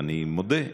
ואני מודה,